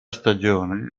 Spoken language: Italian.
stagione